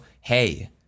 hey –